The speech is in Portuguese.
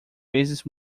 vezes